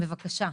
בבקשה.